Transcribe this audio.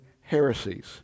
heresies